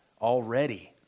already